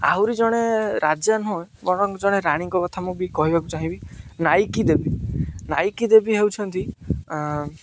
ଆହୁରି ଜଣେ ରାଜା ନୁହେଁ ଜଣେ ରାଣୀଙ୍କ କଥା ମୁଁ ବି କହିବାକୁ ଚାହିଁବି ନାଇକି ଦେବୀ ନାଇକି ଦେବୀ ହେଉଛନ୍ତି